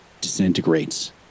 disintegrates